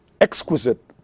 Exquisite